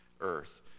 earth